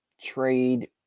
trade